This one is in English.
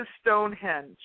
Stonehenge